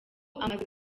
amaze